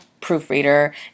proofreader